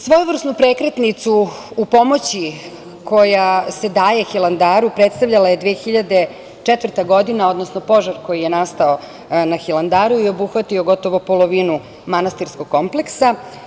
Svojevrsnu prekretnicu u pomoći koja se daje Hilandaru predstavljala je 2004. godina, odnosno požar koji je nastao na Hilandaru i obuhvatio gotovo polovinu manastirskog kompleksa.